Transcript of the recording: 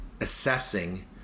assessing